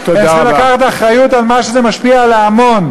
הם צריכים לקחת אחריות על ההשפעה של זה על ההמון.